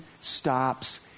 stops